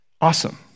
awesome